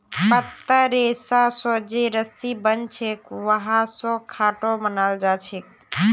पत्तार रेशा स जे रस्सी बनछेक वहा स खाटो बनाल जाछेक